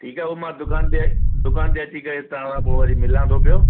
ठीकु आहे उहो मां दुकान ते दुकान ते अची करे तव्हां सां पोइ वरी मिला थो पियो